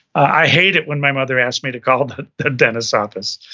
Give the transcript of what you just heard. i hate it when my mother asked me to call the dentist office.